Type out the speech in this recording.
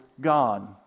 God